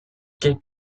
kae